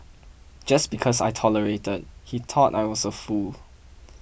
just because I tolerated he thought I was a fool